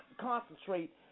concentrate